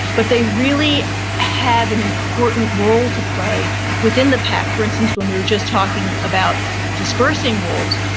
but they really have an important role to play within the pack for instance, when we were just talking about dispersing wolves,